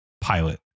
pilot